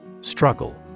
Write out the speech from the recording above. Struggle